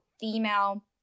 female